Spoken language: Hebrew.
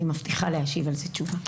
אני מבטיחה להשיב על זה תשובה.